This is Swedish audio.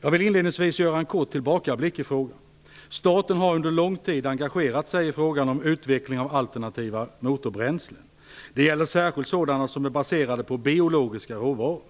Jag vill inledningsvis göra en kort tillbakablick i frågan. Staten har under lång tid engagerat sig i frågan om utveckling av alternativa motorbränslen. Det gäller särskilt sådana som är baserade på biologiska råvaror.